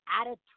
Attitude